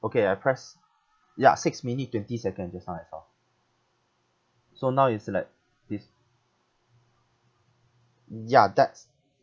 okay I press ya six minute twenty second just now I saw so now it's like this ya that's